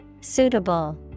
Suitable